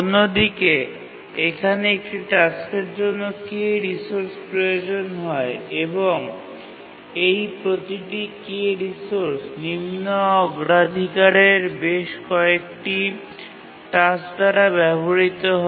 অন্যদিকে এখানে একটি টাস্কের জন্য k রিসোর্স প্রয়োজন হয় এবং এই প্রতিটি k রিসোর্স নিম্ন অগ্রাধিকারের বেশ কয়েকটি টাস্ক দ্বারা ব্যবহৃত হয়